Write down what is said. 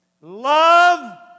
Love